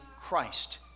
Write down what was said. Christ